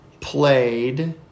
played